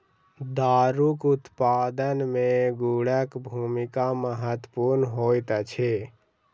दारूक उत्पादन मे गुड़क भूमिका महत्वपूर्ण होइत अछि